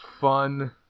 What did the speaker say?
fun